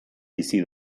bizi